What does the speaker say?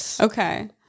Okay